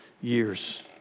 years